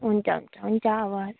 हुन्छ हुन्छ हुन्छ हवस्